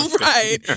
right